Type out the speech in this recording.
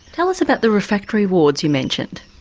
tell us about the refractory wards you mentioned.